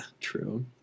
true